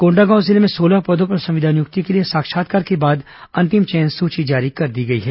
कोंडागांव जिले में सोलह पदों पर संविदा नियुक्ति के लिए साक्षात्कार के बाद अंतिम चयन सूची जारी कर दी गई है